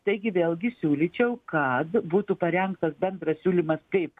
taigi vėlgi siūlyčiau kad būtų parengtas bendras siūlymas kaip